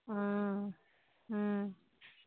অঁ